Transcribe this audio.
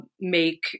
make